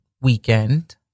weekend